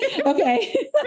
okay